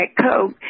Coke